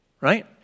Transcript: Right